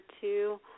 two